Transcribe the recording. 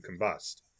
combust